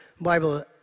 Bible